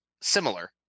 similar